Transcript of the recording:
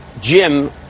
Jim